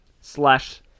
slash